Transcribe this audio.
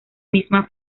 misma